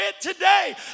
today